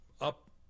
up